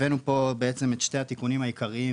הבאנו כאן את שני התיקונים העיקריים.